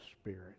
spirit